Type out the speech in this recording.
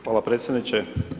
Hvala predsjedniče.